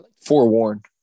Forewarned